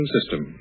System